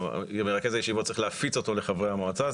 לפני ומרכז הישיבות צריך להפיץ אותו לחברי המועצה.